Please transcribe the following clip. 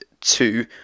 two